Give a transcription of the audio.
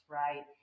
right